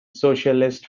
socialist